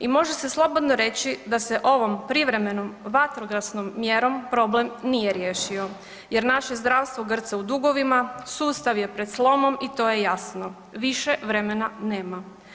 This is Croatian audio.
I može se slobodno reći da se ovom privremenom, vatrogasnom mjerom problem nije riješio jer naše zdravstvo grca u dugovima, sustav je pred slomom i to je jasno, više vremena nema.